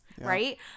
right